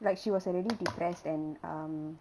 like she was already depressed and um